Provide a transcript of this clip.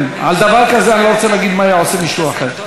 אני אומר לכם, בן סורר ומורה נידון על שם סופו.